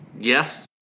yes